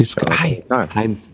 Hi